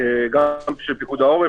לפי ארגון הבריאות העולמי,